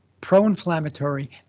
pro-inflammatory